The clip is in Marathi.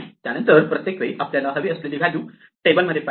त्यानंतरच्या प्रत्येक वेळी आपल्याला हवी असलेली व्हॅल्यू टेबलमध्ये पाहिली